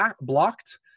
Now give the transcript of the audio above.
blocked